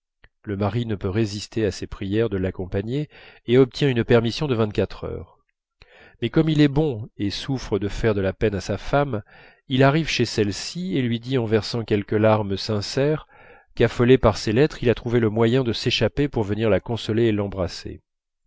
le mari ne peut résister à ses prières de l'accompagner et obtient une permission de vingt-quatre heures mais comme il est bon et souffre de faire de la peine à sa femme il arrive chez celle-ci lui dit en versant quelques larmes sincères qu'affolé par ses lettres il a trouvé le moyen de s'échapper pour venir la consoler et l'embrasser